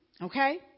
Okay